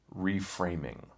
Reframing